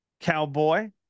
cowboy